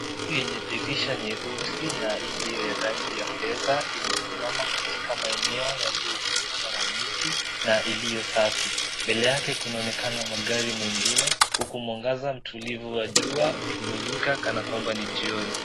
Yenye dirisha nyeusi na iliyo ya rangi ya fedha imesimama katika maeneo yaliyozingirwa na neti na iliyo safi, mbele yake kunaonekana magari mengine huku mwanganza mtulivu wa jua ukimmulika kana kwamba ni jioni.